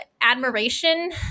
admiration